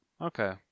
Okay